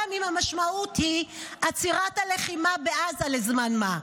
גם אם המשמעות היא עצירת הלחימה בעזה לזמן מה.